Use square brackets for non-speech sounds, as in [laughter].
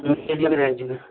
[unintelligible] range में